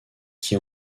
qui